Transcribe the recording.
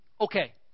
Okay